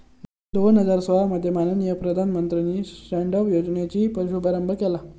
दोन हजार सोळा मध्ये माननीय प्रधानमंत्र्यानी स्टॅन्ड अप योजनेचो शुभारंभ केला